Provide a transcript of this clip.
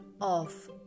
off